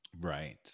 Right